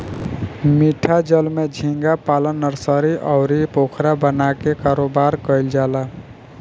मीठा जल में झींगा पालन नर्सरी, अउरी पोखरा बना के कारोबार कईल जाला